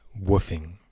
woofing